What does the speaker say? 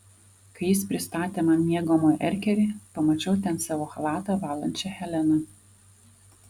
kai jis pristatė man miegamojo erkerį pamačiau ten savo chalatą valančią heleną